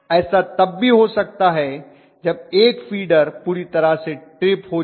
ऐसा तब भी हो सकता है जब एक फीडर पूरी तरह से ट्रिप होजाए